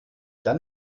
dann